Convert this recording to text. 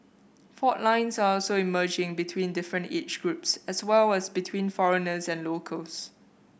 fault lines are also emerging between different age groups as well as between foreigners and locals